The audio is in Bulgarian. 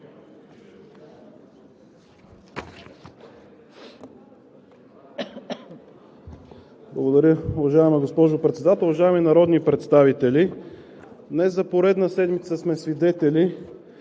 Благодаря. Уважаема госпожо Председател, уважаеми народни представители! Днес за поредна седмица сме свидетели